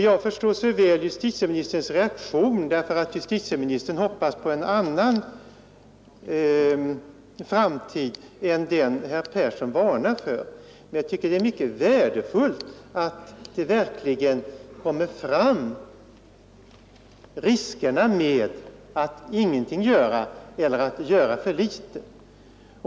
Jag förstår så väl justitieministerns reaktion, eftersom justitieministern hoppas på en annan framtid än den herr Persson varnar för, men jag tycker att det är mycket värdefullt att man verkligen för fram riskerna med att ingenting göra eller att göra för litet.